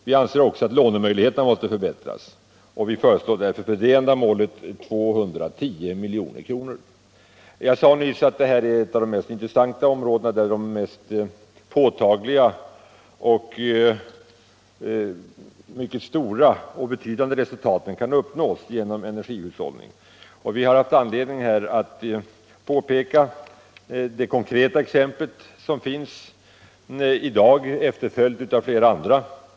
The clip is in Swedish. Vi anser också att lånemöjligheterna måste förbättras, och vi föreslår för det ändamålet 210 milj.kr. Jag sade att detta är ett av de intressantaste områdena, där de mest påtagliga och betydande resultaten kan uppnås genom energihushållning. Vi har haft anledning påpeka det konkreta exempel som finns, i dag efterföljt av flera andra.